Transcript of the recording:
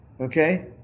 okay